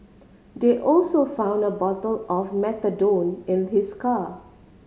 they also found a bottle of methadone in his car